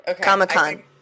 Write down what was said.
Comic-Con